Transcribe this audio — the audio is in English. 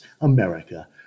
America